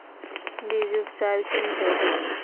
बीज उपचार कि हैय?